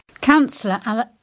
Councillor